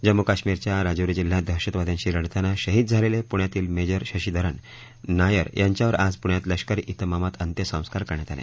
जम्मू कश्मीरच्या राजौरी जिल्ह्यात दहशतवाद्यांशी लढताना शहीद झालेले पुण्यातील मेजर शशीधरन नायर यांच्यावर आज पुण्यात लष्करी निमामात अंत्यसंस्कार करण्यात आले